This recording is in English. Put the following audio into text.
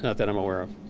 that i'm aware of.